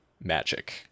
magic